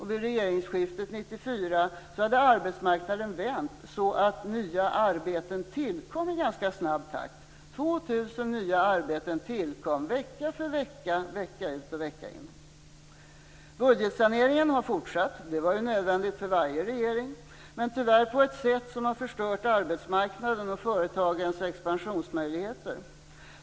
Vid regeringsskiftet 1994 hade arbetsmarknaden vänt, så att nya arbeten tillkom i ganska snabb takt. 2 000 nya arbeten tillkom vecka för vecka, vecka ut och vecka in. Budgetsaneringen har fortsatt. Det hade ju varit nödvändigt för varje regering. Men tyvärr har den fortsatt på ett sätt som har förstört arbetsmarknaden och företagens expansionsmöjligheter.